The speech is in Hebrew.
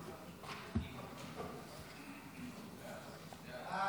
סעיפים 1 2 נתקבלו.